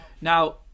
now